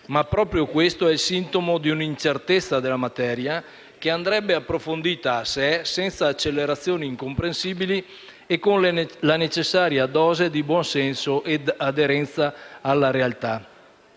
ma proprio questo è il sintomo di un'incertezza della materia, che andrebbe approfondita senza accelerazioni incomprensibili e con la necessaria dose di buon senso e aderenza alla realtà.